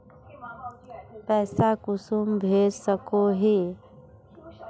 पैसा कुंसम भेज सकोही?